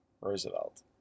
Roosevelt